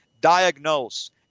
diagnose